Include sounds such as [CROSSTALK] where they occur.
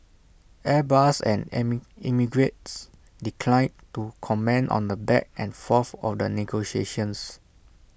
airbus and [UNINTELLIGIBLE] emirates declined to comment on the back and forth of the negotiations